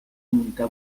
comunità